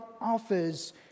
offers